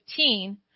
15